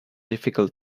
difficult